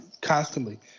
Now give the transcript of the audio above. constantly